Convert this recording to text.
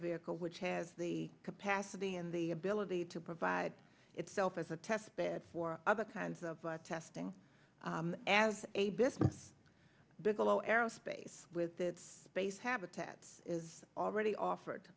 vehicle which has the capacity and the ability to provide itself as a test bed for other kinds of testing as a business bigelow aerospace with its space habitat is already offered